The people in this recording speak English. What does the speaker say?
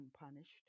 unpunished